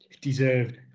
deserved